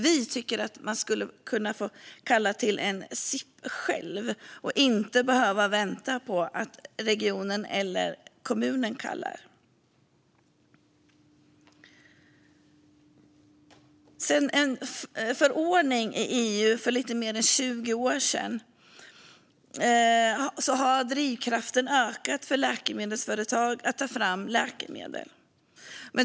Vi tycker att man själv borde kunna få kalla till en SIP och inte behöva vänta på att regionen eller kommunen kallar. Sedan en förordning i EU kom till för lite mer än 20 år sedan har drivkraften ökat för läkemedelsföretag att ta fram läkemedel.